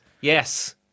Yes